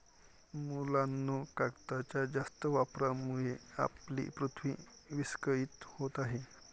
मुलांनो, कागदाच्या जास्त वापरामुळे आपली पृथ्वी विस्कळीत होत आहे